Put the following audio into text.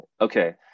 Okay